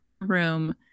room